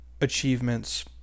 achievements